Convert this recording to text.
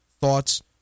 thoughts